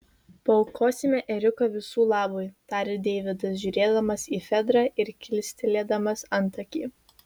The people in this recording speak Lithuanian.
paaukosime ėriuką visų labui tarė deividas žiūrėdamas į fedrą ir kilstelėdamas antakį